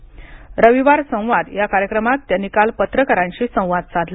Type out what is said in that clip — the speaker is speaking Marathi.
रविवार संवाद या कार्यक्रमात त्यांनी काल पत्रकारांशी संवाद साधला